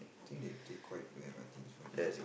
think they play quite well I think so lah